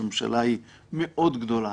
שהממשלה היא מאוד גדולה